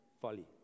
folly